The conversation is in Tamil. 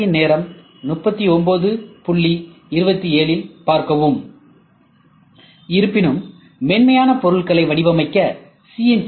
திரையின் நேரம் 3927இல் பார்க்கவும் இருப்பினும் மென்மையான பொருட்களை வடிவமைக்க சி